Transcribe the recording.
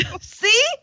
See